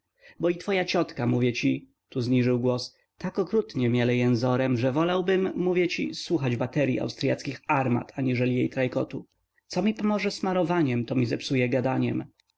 bo i twoja ciotka mówię ci tu zniżył głos tak okrutnie miele jęzorem że wolałbym mówię ci słuchać bateryi austryackich armat aniżeli jej trajkotu co mi pomoże smarowaniem to mi zepsuje gadaniem